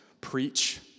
preach